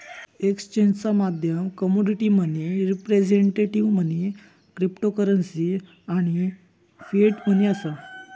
एक्सचेंजचा माध्यम commodity money, representative money, cryptocurrency आणि फिएट मनी असा